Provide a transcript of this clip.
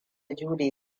jure